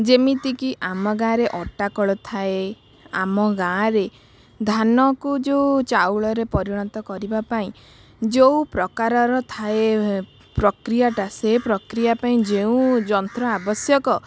ଯେମିତିକି ଆମ ଗାଁରେ ଅଟାକଳ ଥାଏ ଆମ ଗାଁରେ ଧାନକୁ ଯୋଉ ଚାଉଳରେ ପରିଣତ କରିବା ପାଇଁ ଯେଉଁ ପ୍ରକାରର ଥାଏ ପ୍ରକ୍ରିୟାଟା ସେ ପ୍ରକ୍ରିୟା ପାଇଁ ଯେଉଁ ଯନ୍ତ୍ର ଆବଶ୍ୟକ